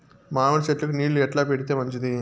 మామిడి చెట్లకు నీళ్లు ఎట్లా పెడితే మంచిది?